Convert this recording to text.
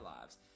lives